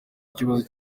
ikibazo